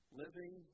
living